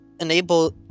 enable-